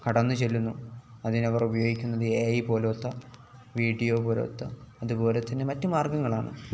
കടന്ന് ചെല്ലുന്നു അതിന് അവർ ഉപയോഗിക്കുന്നത് എ ഐ പോലത്തെ വീഡിയോ പോലത്തെ അതുപോലെ തന്നെ മറ്റു മാർഗ്ഗങ്ങളാണ്